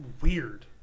weird